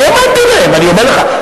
אני האמנתי להם, אני אומר לך.